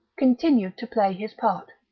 continued to play his part.